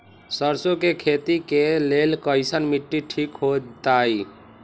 सरसों के खेती के लेल कईसन मिट्टी ठीक हो ताई?